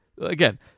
again